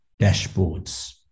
dashboards